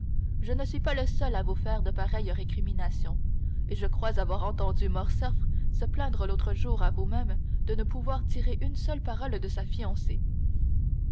je ne suis pas le seul à vous faire de pareilles récriminations et je crois avoir entendu morcerf se plaindre l'autre jour à vous-même de ne pouvoir tirer une seule parole de sa fiancée